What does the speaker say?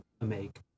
make